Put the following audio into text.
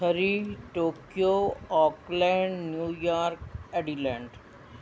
Surrey Tokyo Auckland New York Adelaide